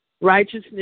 righteousness